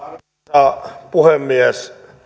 arvoisa puhemies